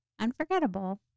unforgettable